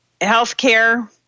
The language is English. healthcare